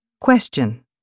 Question